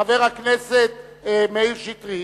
חבר הכנסת מאיר שטרית,